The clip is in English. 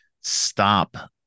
stop